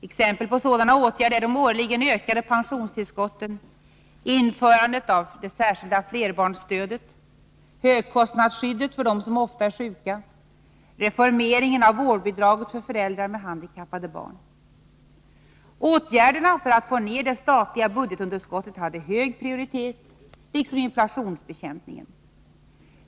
Exempel på sådana åtgärder är de årligen ökade pensionstillskotten, införandet av det särskilda flerbarnsstödet, högkostnadsskyddet för dem som ofta är sjuka, reformeringen av vårdbidraget för föräldrar med handikappade barn. Åtgärderna för att få ner det statliga budgetunderskottet hade hög prioritet, liksom inflationsbekämpningen.